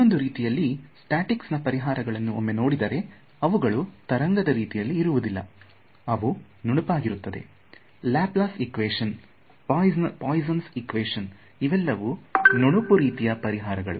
ಇನ್ನೊಂದು ರೀತಿಯಲ್ಲಿ ಸ್ಟಾಟಿಕ್ಸ್ ನ ಪರಿಹಾರಗಳನ್ನು ಒಮ್ಮೆ ನೋಡಿದರೆ ಅವುಗಳು ತರಂಗದ ರೀತಿಯಲ್ಲಿ ಇರುವುದಿಲ್ಲ ಅವು ನುಣುಪಾಗಿರುತ್ತದೆ Laplace equation Poisson's equation ಇವೆಲ್ಲವೂ ನುಣುಪು ರೀತಿಯ ಪರಿಹಾರಗಳು